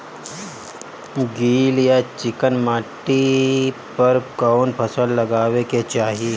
गील या चिकन माटी पर कउन फसल लगावे के चाही?